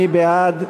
מי בעד?